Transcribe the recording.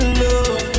love